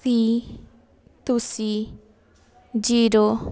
ਕੀ ਤੁਸੀਂ ਜ਼ੀਰੋ